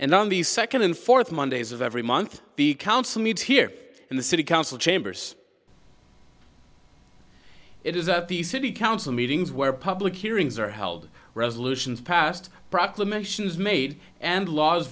and on the second and fourth mondays of every month the council meets here in the city council chambers it is at the city council meetings where public hearings are held resolutions passed proclamations made and laws